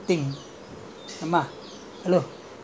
age is catching up I'm also taking a lot of medicine